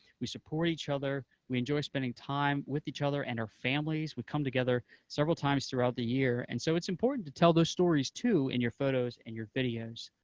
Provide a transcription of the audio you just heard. we support each other, we enjoy spending time with each other and our families, we've come together several times throughout the year, and so it's important to tell those stories, too, in your photos and your videos.